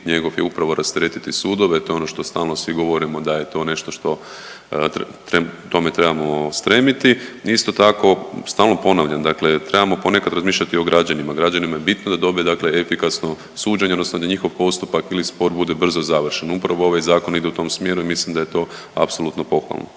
njegov je upravo rasteretiti sudove, to je ono što stalno svi govorimo da je to nešto što tome trebamo stremiti. Isto tako stalno ponavljam dakle trebamo ponekad razmišljati i o građanima, građanima je bitno da dobe dakle efikasno suđenje odnosno da njihov postupak ili spor bude brzo završen. Upravo ovaj zakon ide u tom smjeru i mislim da je to apsolutno pohvalno